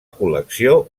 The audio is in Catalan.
col·lecció